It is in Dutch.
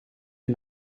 een